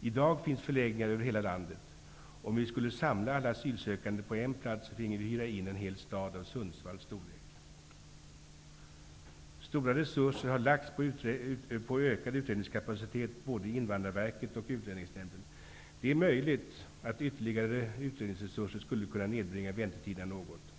I dag finns förläggningar över hela landet. Om vi skulle samla alla asylsökande på en plats, finge vi hyra in en hel stad av Sundsvalls storlek. Stora resurser har lagts ned på ökad utredningskapacitet både i Invandrarverket och i Utlänningsnämnden. Det är möjligt att ytterligare utredningsresurser skulle kunna nedbringa väntetiderna något.